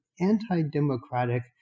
anti-democratic